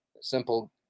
simple